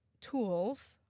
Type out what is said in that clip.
tools